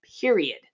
period